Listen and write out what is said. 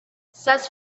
says